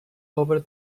over